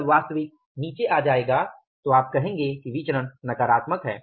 जब वास्तविक नीचे आ जाएगा तो आप कहेंगे कि विचरण नकारात्मक है